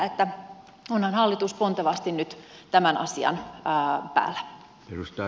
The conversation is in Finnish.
onhan hallitus pontevasti nyt tämän asian päällä